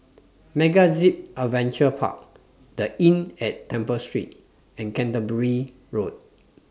MegaZip Adventure Park The Inn At Temple Street and Canterbury Road